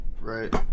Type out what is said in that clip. Right